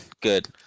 good